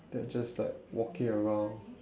they're just like walking around